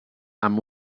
amb